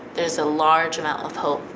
there's a large amount of hope.